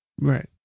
Right